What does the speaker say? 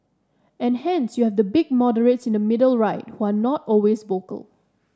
and hence you have the big moderates in the middle right who are not always vocal